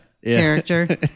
character